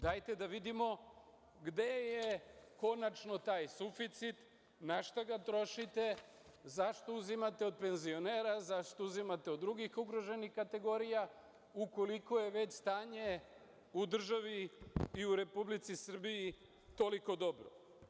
Dajte da vidimo gde je konačno taj suficit na šta ga trošite, zašto uzimate od penzionera, zašto uzimate od drugih ugroženih kategorija ukoliko je već stanje u državi i Republici Srbiji toliko dobro?